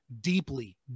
deeply